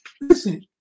listen